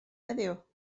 heddiw